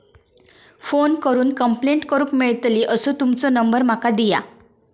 Phone करून complaint करूक मेलतली असो तुमचो नंबर माका दिया?